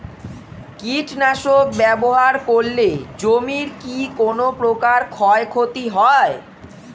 কীটনাশক ব্যাবহার করলে জমির কী কোন প্রকার ক্ষয় ক্ষতি হয়?